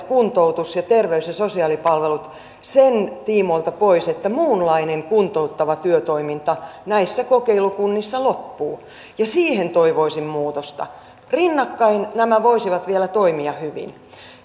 kuntoutus ja terveys ja sosiaalipalvelut sen tiimoilta pois että muunlainen kuntouttava työtoiminta näissä kokeilukunnissa loppuu ja siihen toivoisin muutosta rinnakkain nämä voisivat vielä toimia hyvin